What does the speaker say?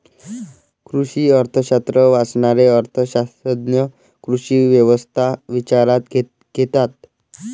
कृषी अर्थशास्त्र वाचणारे अर्थ शास्त्रज्ञ कृषी व्यवस्था विचारात घेतात